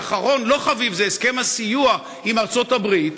ואחרון לא חביב זה הסכם הסיוע עם ארצות-הברית,